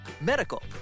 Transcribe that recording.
medical